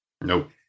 Nope